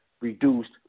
reduced